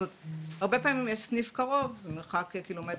הרבה פעמים יש סניף קרוב ובמרחק קילומטר